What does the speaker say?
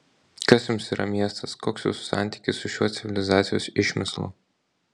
kas jums yra miestas koks jūsų santykis su šiuo civilizacijos išmislu